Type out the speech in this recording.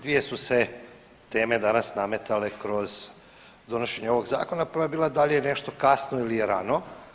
Dvije su se teme danas nametale kroz donošenje ovog zakona, prva je bila da li je nešto kasno ili je rano.